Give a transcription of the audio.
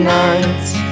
nights